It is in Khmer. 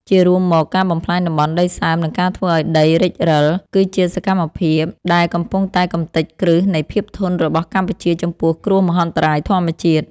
ជារួមមក ការបំផ្លាញតំបន់ដីសើម និងការធ្វើឱ្យដីរិចរឹល គឺជាសកម្មភាពដែលកំពុងតែកម្ទេចគ្រឹះនៃភាពធន់របស់កម្ពុជាចំពោះគ្រោះមហន្តរាយធម្មជាតិ។